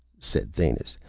said thanis,